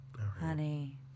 Honey